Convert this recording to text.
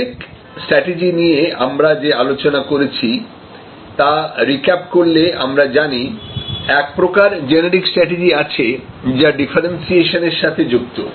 generic strategy নিয়ে আমরা যে আলোচনা করেছি তা রেক্যাপ করলে আমরা জানি একপ্রকার জেনেরিক স্ট্র্যাটেজি আছে যা ডিফারেন্সিয়েশন এর সাথে যুক্ত